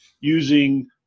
using